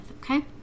okay